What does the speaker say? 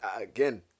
again